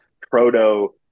proto